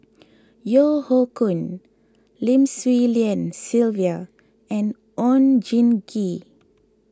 Yeo Hoe Koon Lim Swee Lian Sylvia and Oon Jin Gee